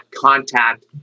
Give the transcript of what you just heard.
contact